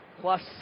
plus